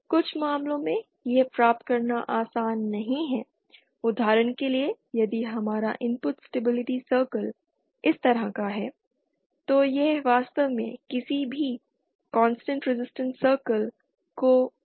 कुछ मामलों में यह प्राप्त करना आसान नहीं है उदाहरण के लिए यदि हमारा इनपुट स्टेबिलिटी सर्किल इस तरह का है तो यह वास्तव में किसी भी कांस्टेंट रेजिस्टेंस सर्कल को नहीं टच कर रहा है